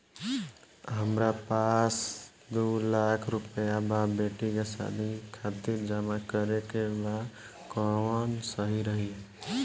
हमरा पास दू लाख रुपया बा बेटी के शादी खातिर जमा करे के बा कवन सही रही?